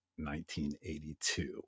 1982